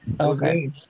okay